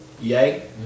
Yay